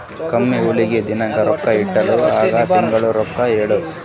ಎಮ್ಮಿ ಹಾಲಿಗಿ ದಿನಕ್ಕ ನಾಕ ಲೀಟರ್ ಹಂಗ ತಿಂಗಳ ಲೆಕ್ಕ ಹೇಳ್ರಿ?